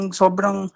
sobrang